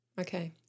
Okay